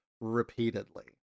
repeatedly